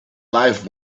life